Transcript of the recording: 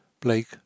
Blake